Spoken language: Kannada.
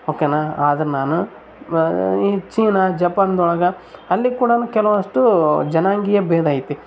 ಓ ಕೆನ ಆದ್ರೆ ನಾನು ಈ ಚೀನಾ ಜಪಾನ್ದೊಳಗ ಅಲ್ಲಿ ಕೂಡ ಕೆಲವಷ್ಟು ಜನಾಂಗೀಯ ಬೇಧ ಐತಿ